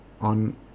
On